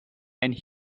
and